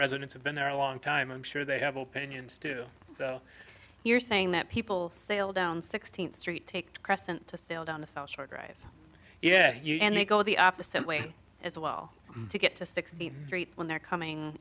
residents have been there a long time i'm sure they have opinions too you're saying that people sail down sixteenth street take crescent to sail down the south shore drive yeah and they go the opposite way as well to get to sixty three when they're coming